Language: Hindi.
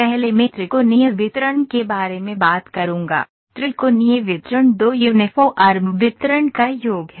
पहले मैं त्रिकोणीय वितरण के बारे में बात करूंगा त्रिकोणीय वितरण दो यूनिफ़ॉर्म वितरण का योग है